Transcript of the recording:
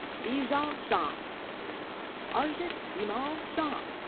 bijal shah. archit bimal shah.